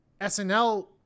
SNL